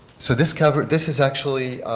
so this covers, this is actually